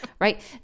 right